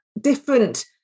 different